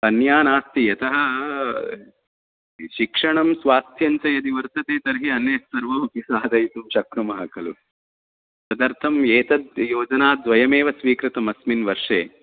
अन्या नास्ति यतः शिक्षणं स्वास्थ्यं च यदि वर्तते तर्हि अन्यत् सर्वं साधयितुं शक्नुमः खलु तदर्थं एतत् योजनाद्वयमेव स्वीकृतं अस्मिन् वर्षे